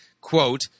quote